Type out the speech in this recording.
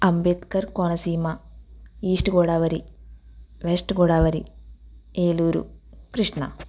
Ambedkar Konaseema east Godavari west Godavari Eluru Krishna